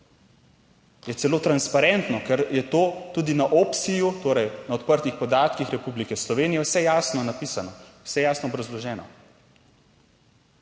Je celo transparentno, ker je to tudi na Opsi, torej na odprtih podatkih Republike Slovenije vse jasno napisano, vse jasno obrazloženo.